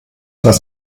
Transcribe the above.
dass